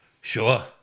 Sure